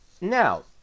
Now